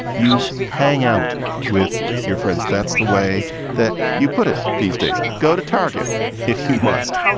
you hang out with your friends. that's the way that you put it these days. go to target if you must.